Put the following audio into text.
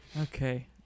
Okay